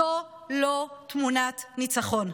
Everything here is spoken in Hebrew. זו לא תמונת ניצחון.